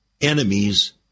enemies